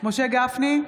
משה גפני,